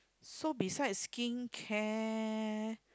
so besides skin care